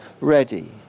ready